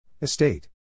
Estate